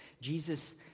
Jesus